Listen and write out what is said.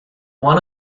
one